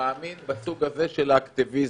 שמאמינים בסוג הזה של האקטיביזם,